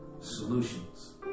solutions